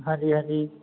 ਹਾਂਜੀ ਹਾਂਜੀ